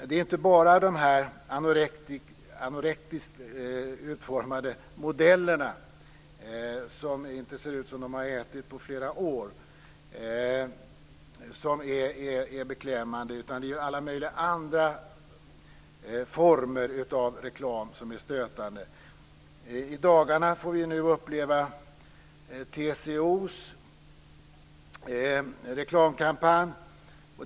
Det är inte bara de anorektiska modellerna, som ser ut som om de inte har ätit på flera år, som är beklämmande. Det är alla möjliga andra former av reklam som är stötande. I dagarna får vi nu uppleva TCO:s reklamkampanj.